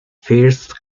first